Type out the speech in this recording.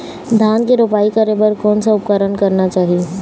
धान के रोपाई करे बर कोन सा उपकरण करना चाही?